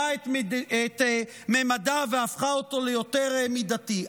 את ממדיו והפכה אותו ליותר מידתי.